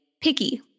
picky